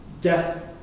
death